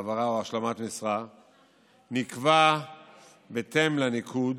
העברה או השלמת משרה נקבע בהתאם לניקוד